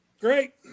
Great